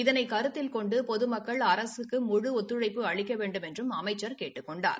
இதனை கருத்தில் கொண்டு பொதுமக்கள் அரசுக்கு முழு ஒத்துழைப்பு அளிக்க வேண்டும் என்றும் அமைச்சர் கேட்டுக் கொண்டார்